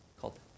called